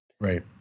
Right